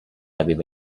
aveva